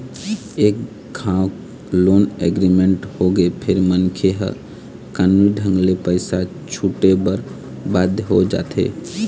एक घांव loan agreement होगे फेर मनखे ह कानूनी ढंग ले पइसा छूटे बर बाध्य हो जाथे